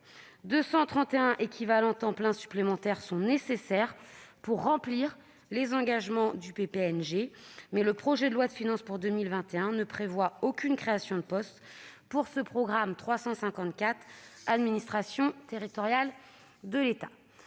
231 équivalents temps plein supplémentaires sont nécessaires pour remplir les engagements du PPNG, mais le projet de loi de finances pour 2021 ne prévoit aucune création de poste pour le programme 354, « Administration territoriale de l'État